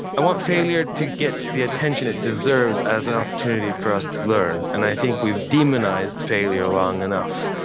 i want failure to get the attention it deserves as an opportunity for us to learn, and i think we've demonised failure long enough.